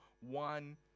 one